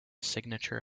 signature